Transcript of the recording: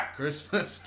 Christmas